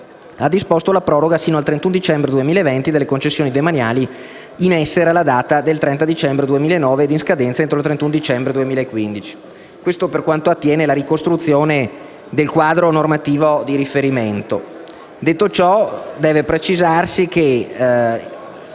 ha disposto la proroga fino al 31 dicembre 2020 delle concessioni demaniali in essere alla data del 30 dicembre 2009 e in scadenza entro il 31 dicembre 2015. Questo per quanto attiene alla ricostruzione del quadro normativo di riferimento. Detto ciò, deve precisarsi che